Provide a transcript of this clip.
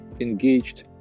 Engaged